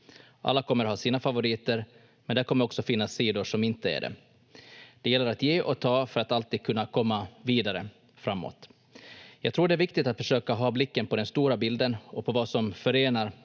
Alla kommer att ha sina favoriter, men det kommer också finnas sidor som inte är det. Det gäller att ge och ta för att alltid kunna komma vidare framåt. Jag tror det är viktigt att försöka ha blicken på den stora bilden och på vad som förenar